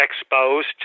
exposed